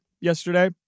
yesterday